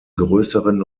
größeren